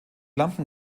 lampen